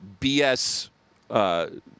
BS